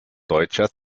deutscher